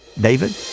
David